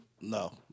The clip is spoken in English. No